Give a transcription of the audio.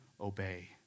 obey